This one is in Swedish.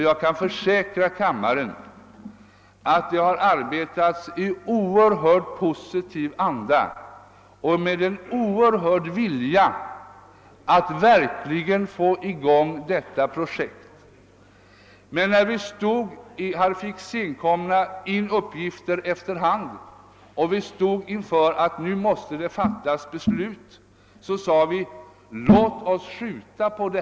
Jag kan försäkra kammaren att vi har haft en oerhört stark vilja att verkligen få i gång detta projekt, men när vi fick de nya uppgifterna och stod inför ett beslut fann vi att vi måste skjuta på ärendet.